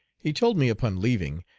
he told me upon leaving,